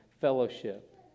fellowship